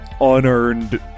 unearned